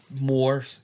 more